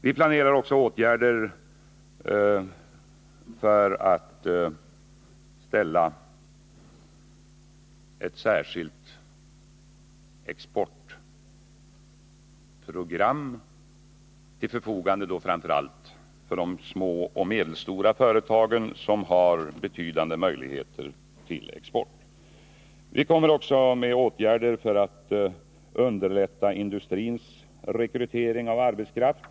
Vi planerar också åtgärder för att lägga fram ett särskilt exportprogram för framför allt de små och medelstora företagen, som har betydande möjligheter till export. Vi föreslår också åtgärder för att underlätta industrins rekrytering av arbetskraft.